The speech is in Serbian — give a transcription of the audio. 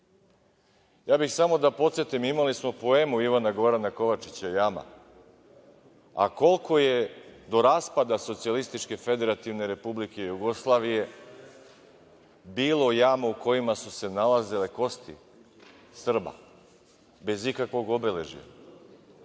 bih samo da podsetim, imali smo poemu Ivana Gorana Kovačića "Jama", a koliko je do raspada Socijalističke Federativne Republike Jugoslavije bilo jama u kojima su se nalazile kosti Srba, bez ikakvog obeležja?